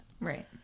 right